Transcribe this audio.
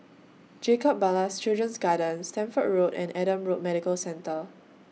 Jacob Ballas Children's Garden Stamford Road and Adam Road Medical Centre